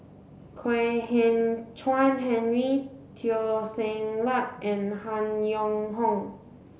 Kwek Hian Chuan Henry Teo Ser Luck and Han Yong Hong